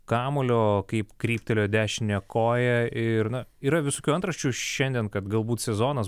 kamuolio kaip kryptelėjo dešinę koją ir na yra visokių antraščių šiandien kad galbūt sezonas